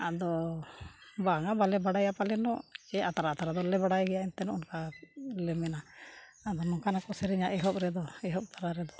ᱟᱫᱚ ᱵᱟᱝᱟ ᱵᱟᱞᱮ ᱵᱟᱲᱟᱭᱟ ᱯᱟᱞᱮᱱᱚᱜ ᱪᱮᱫ ᱟᱛᱨᱟᱼᱟᱛᱨᱟ ᱫᱚᱞᱮ ᱵᱟᱲᱟᱭ ᱜᱮᱭᱟ ᱮᱱᱛᱮ ᱱᱚᱜᱼᱚ ᱱᱚᱠᱟ ᱞᱮ ᱢᱮᱱᱟ ᱟᱫᱚ ᱱᱚᱝᱠᱟᱱᱟᱜ ᱠᱚ ᱥᱮᱨᱮᱧᱟ ᱮᱦᱚᱵ ᱨᱮᱫᱚ ᱮᱦᱚᱵ ᱛᱟᱨᱟ ᱨᱮᱫᱚ